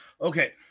Okay